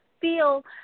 feel